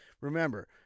Remember